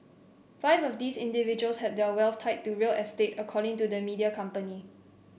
five of these individuals had their wealth tied to real estate according to the media company